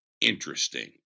Interesting